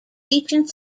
teaching